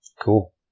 Cool